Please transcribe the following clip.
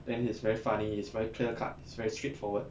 then he's very funny he's very clear cut he's very straightforward